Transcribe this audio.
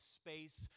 space